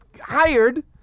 hired